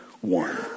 one